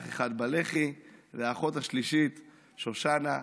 אח אחד בלח"י, והאחות השלישית, שושנה,